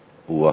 או-אה,